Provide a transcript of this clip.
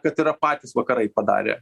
kad yra patys vakarai padarę